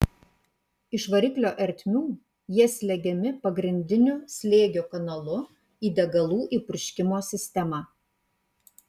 iš variklio ertmių jie slegiami pagrindiniu slėgio kanalu į degalų įpurškimo sistemą